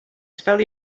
spell